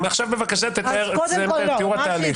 עכשיו בבקשה תתאר את תיאור התהליך.